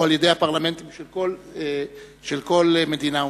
או על-ידי הפרלמנטים של כל מדינה ומדינה.